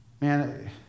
man